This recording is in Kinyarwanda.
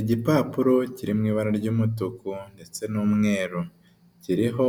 Igipapuro kiri mu ibara ry'umutuku ndetse n'umweruro, kiriho